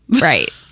Right